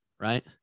right